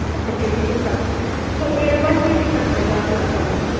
اچھا K G کے حساب سے تو ون کے جی کر دیجیے گا آپ گلاب جامن